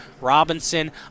Robinson